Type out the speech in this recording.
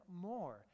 more